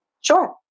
Sure